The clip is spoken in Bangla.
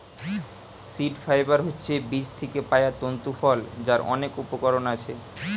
সীড ফাইবার হচ্ছে বীজ থিকে পায়া তন্তু ফল যার অনেক উপকরণ আছে